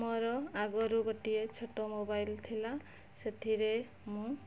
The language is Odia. ମୋର ଆଗରୁ ଗୋଟିଏ ଛୋଟ ମୋବାଇଲ୍ ଥିଲା ସେଥିରେ ମୁଁ